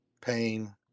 pain